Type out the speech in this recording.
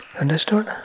Understood